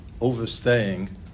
overstaying